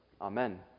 Amen